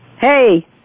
Hey